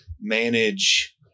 manage